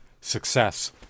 success